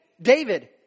David